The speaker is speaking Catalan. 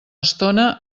estona